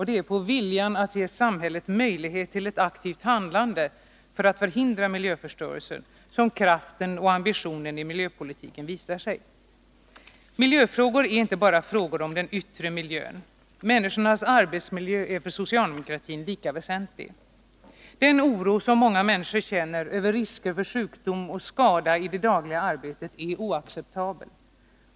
Det är i viljan att ge samhället möjlighet till ett aktivt handlande för att förhindra miljöförstörelse som kraften och ambitionen i miljöpolitiken visar sig. Miljöfrågor är inte bara frågor om den yttre miljön. Människornas arbetsmiljö är för socialdemokratin lika väsentlig. Den oro många människor känner över risker för sjukdom och skada i det dagliga arbetet är oacceptabel.